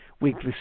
weekly